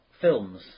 films